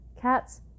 cats